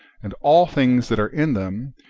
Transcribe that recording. and all things that are in them,